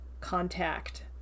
contact